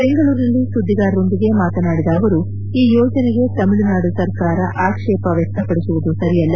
ಬೆಂಗಳೂರಿನಲ್ಲಿ ಸುದ್ದಿಗಾರರೊಂದಿಗೆ ಮಾತನಾಡಿದ ಅವರು ಈ ಯೋಜನೆಗೆ ತಮಿಳುನಾಡು ಸರ್ಕಾರ ಆಕ್ಷೇಪ ವ್ಯಕ್ತಪಡಿಸುವುದು ಸರಿಯಲ್ಲ